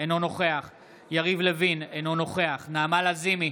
אינו נוכח יריב לוין, אינו נוכח נעמה לזימי,